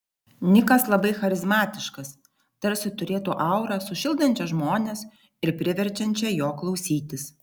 nikas labai charizmatiškas tarsi turėtų aurą sušildančią žmones ir priverčiančią jo klausytis